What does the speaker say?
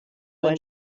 ein